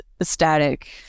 ecstatic